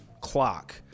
clock